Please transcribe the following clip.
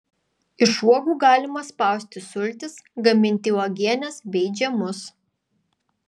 iš uogų galima spausti sultis gaminti uogienes bei džemus